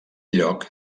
lloc